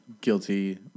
guilty